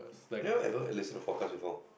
you ever listen to podcast before